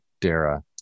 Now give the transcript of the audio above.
Dara